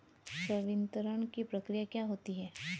संवितरण की प्रक्रिया क्या होती है?